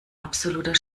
absoluter